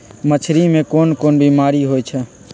मछरी मे कोन कोन बीमारी होई छई